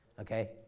Okay